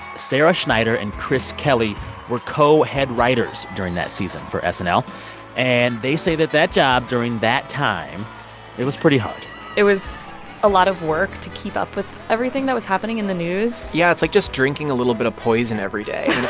sarah schneider and chris kelly were co-head writers during that season for snl. and they say that that job during that time it was pretty hard it was a lot of work to keep up with everything that was happening in the news yeah, it's like just drinking a little bit of poison every day.